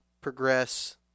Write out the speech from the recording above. progress